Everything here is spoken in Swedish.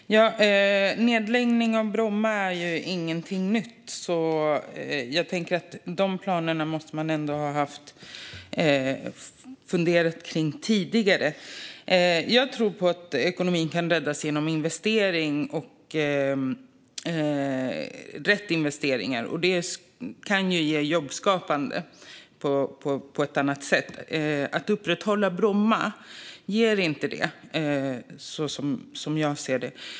Fru talman! Nedläggning av Bromma är ju ingenting nytt, så de planerna måste man ändå ha funderat över tidigare. Jag tror att ekonomin kan räddas genom rätt investeringar. Detta kan också vara jobbskapande på ett annat sätt. Att upprätthålla Bromma ger inte det, som jag ser det.